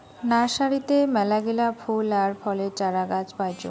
নার্সারিতে মেলাগিলা ফুল আর ফলের চারাগাছ পাইচুঙ